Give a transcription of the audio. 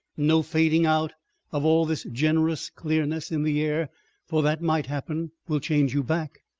no fading out of all this generous clearness in the air for that might happen will change you back?